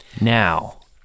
now